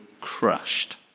crushed